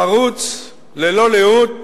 חרוץ ללא לאות